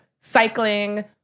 cycling